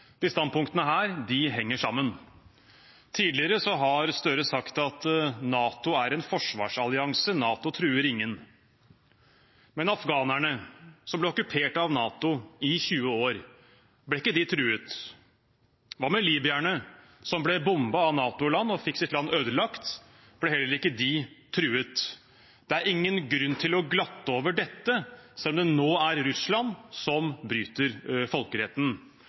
standpunktene henger sammen. Tidligere har Støre sagt at NATO er en forsvarsallianse, NATO truer ingen. Men afghanerne, som ble okkupert av NATO i 20 år, ble ikke de truet? Hva med libyerne, som ble bombet av NATO-land og fikk sitt land ødelagt, ble heller ikke de truet? Det er ingen grunn til å glatte over dette, selv om det nå er Russland som bryter folkeretten.